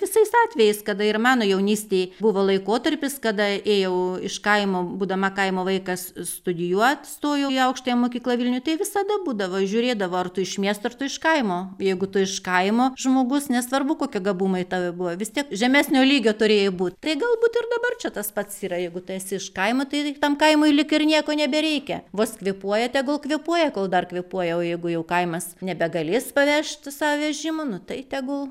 visais atvejais kada ir mano jaunystėj buvo laikotarpis kada ėjau iš kaimo būdama kaimo vaikas studijuot stojau į aukštąją mokyklą vilniuj tai visada būdavo žiūrėdavo ar tu iš miesto ar tu iš kaimo jeigu tu iš kaimo žmogus nesvarbu kokie gabumai tave buvo vis tiek žemesnio lygio turėjai būt tai galbūt ir dabar čia tas pats yra jeigu tu esi iš kaimo tai lyg tam kaimui lyg ir nieko nebereikia vos kvėpuoja tegul kvėpuoja kol dar kvėpuoja o jeigu jau kaimas nebegalės pavežti savo vežimo nu tai tegul